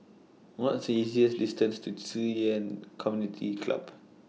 What's easiest distance to Ci Yuan Community Club